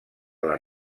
les